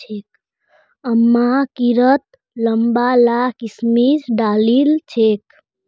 अम्मा खिरत लंबा ला किशमिश डालिल छेक